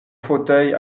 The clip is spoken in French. fauteuil